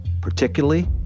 particularly